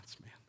man